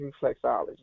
reflexology